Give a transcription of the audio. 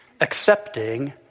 accepting